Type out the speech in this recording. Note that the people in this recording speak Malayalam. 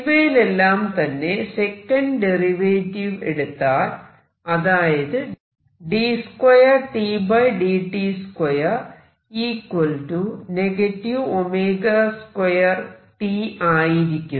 ഇവയിലെല്ലാം തന്നെ സെക്കന്റ് ഡെറിവേറ്റീവ് എടുത്താൽ അതായത് d2Tdt2 ω2T ആയിരിക്കും